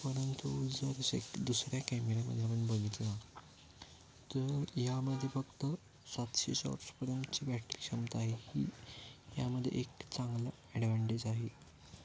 परंतु जर एक दुसऱ्या कॅमेऱ्यामध्ये आपण बघितलं तर यामध्ये फक्त सातशे शॉर्ट्सपर्यंतची बॅटरी क्षमता आहे ही यामदे एक चांगला ॲडवांटेज आहे